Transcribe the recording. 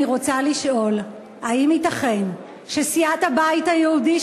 אני רוצה לשאול: האם ייתכן שסיעת הבית היהודי,